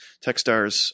TechStars